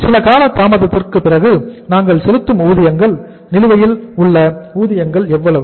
சில கால தாமதத்திற்கு பிறகு நாங்கள் செலுத்தும் ஊதியங்கள் நிலுவையில் உள்ள ஊதியங்கள் எவ்வளவு